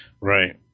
right